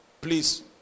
please